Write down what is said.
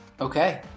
Okay